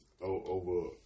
over